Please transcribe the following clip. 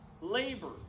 Labor